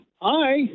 Hi